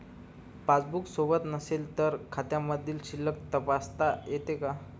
Passbook सोबत नसेल तर खात्यामधील शिल्लक तपासता येते का?